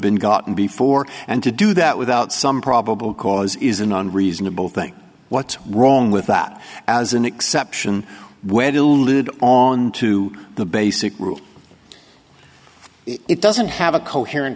been gotten before and to do that without some probable cause is an unreasonable thing what's wrong with that as an exception wedeln lid on to the basic rule it doesn't have a coherent